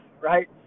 right